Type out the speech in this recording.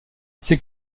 ces